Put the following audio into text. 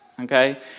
okay